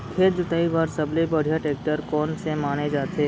खेत जोताई बर सबले बढ़िया टेकटर कोन से माने जाथे?